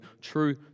true